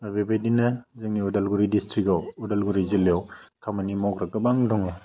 आरो बेबायदिनो जोंनि अदालगुरि डिस्ट्रिक्टआव अदालगुरि जिल्लायाव खामानि मावग्रा गोबां दङ